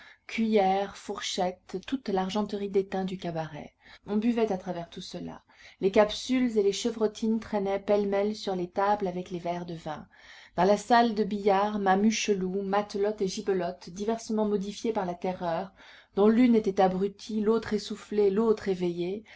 cuillers fourchettes toute l'argenterie d'étain du cabaret on buvait à travers tout cela les capsules et les chevrotines traînaient pêle-mêle sur les tables avec les verres de vin dans la salle de billard mame hucheloup matelote et gibelotte diversement modifiées par la terreur dont l'une était abrutie l'autre essoufflée l'autre éveillée